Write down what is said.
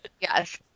yes